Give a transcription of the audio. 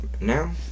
now